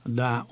da